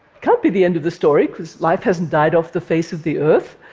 can't be the end of the story, because life hasn't died off the face of the earth.